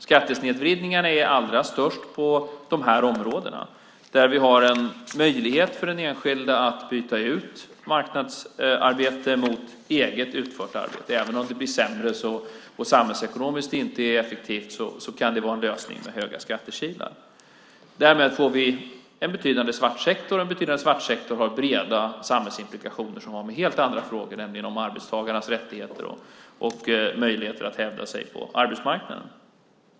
Snedvridningarna är allra störst på de områden där vi har en möjlighet för de enskilda att byta ut marknadsarbete mot eget utfört arbete. Även om det blir sämre och samhällsekonomiskt inte är effektivt kan det vara en lösning med höga skattekilar. Därmed får vi en betydande svartsektor, och en betydande svartsektor har breda samhällsimplikationer som har med helt andra frågor att göra som arbetstagarnas rättigheter och möjligheter att hävda sig på arbetsmarknaden.